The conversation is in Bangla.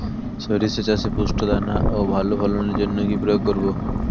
শরিষা চাষে পুষ্ট দানা ও ভালো ফলনের জন্য কি প্রয়োগ করব?